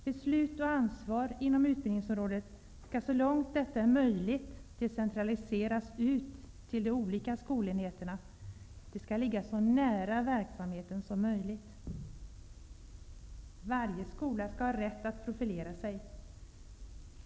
Beslut och ansvar inom utbildningsområdet skall så långt det är möjligt decentraliseras och föras ut till de olika skolenheterna. De skall ligga så nära verksamheten som möjligt. Varje skola skall ha rätt att profilera sig.